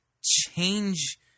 change